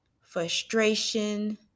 frustration